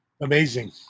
Amazing